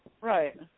Right